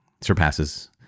surpasses